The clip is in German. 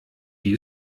die